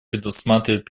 предусматривать